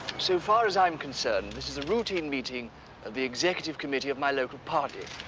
so far as i'm concerned this is a routine meeting of the executive committee of my local party.